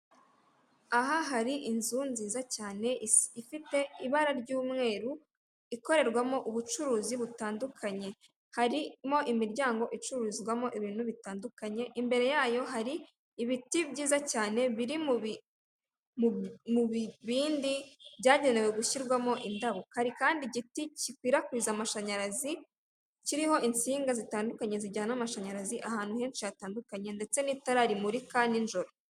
Aha hari inzu nziza cyane ifite ibara ry'umweru ikorerwamo ubucuruzi butandukanye, harimo imiryango icururizwamo ibintu bitandukanye, imbere yayo hari ibiti byiza cyane biri mu bibindi byagenewe gushyirwamo indabo. Hari kandi igiti gikwirakwiza amashanyarazi kiriho insinga zitandukanye zijyana amashanyarazi ahantu henshi hatandukanye, ndetse n'itara rimurika ninjoro.